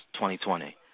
2020